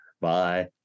Bye